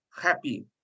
happy